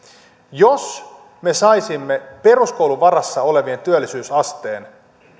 jos me saisimme peruskoulun varassa olevien työllisyysasteen